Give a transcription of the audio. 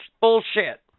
bullshit